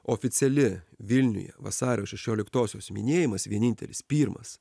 oficiali vilniuje vasario šešioliktosios minėjimas vienintelis pirmas